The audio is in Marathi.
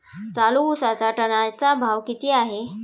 चालू उसाचा टनाचा भाव किती आहे?